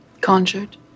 Conjured